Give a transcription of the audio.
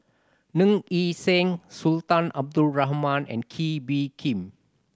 Ng Yi Sheng Sultan Abdul Rahman and Kee Bee Khim